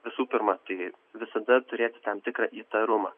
visų pirma tai visada turėti tam tikrą įtarumą